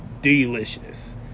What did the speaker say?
delicious